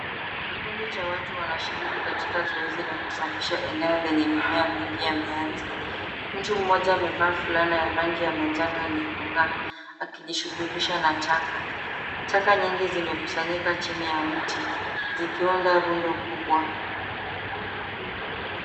Kikundi cha watu wanashiriki katika zoezi la kusafisha eneo lenye mimea mingi ya mianzi. Mtu mmoja amevaa fulana ya rangi ya manjano yenye kung'aa, akijishugulisha na taka. Taka nyingi zimekusanyika chini ya mti, zikiunda rundo kubwa.